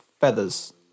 feathers